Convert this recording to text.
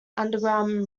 underground